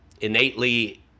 innately